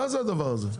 מה זה הדבר הזה?